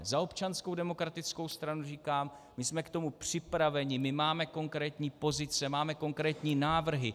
Za Občanskou demokratickou stranu říkám, my jsme k tomu připraveni, máme konkrétní pozici, máme konkrétní návrhy.